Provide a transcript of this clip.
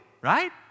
right